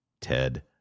Ted